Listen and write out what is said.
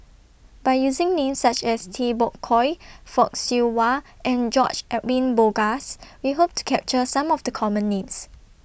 By using Names such as Tay Bak Koi Fock Siew Wah and George Edwin Bogaars We Hope to capture Some of The Common Names